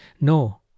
no